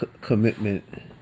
commitment